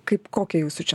kaip kokia jūsų čia